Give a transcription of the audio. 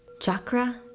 Chakra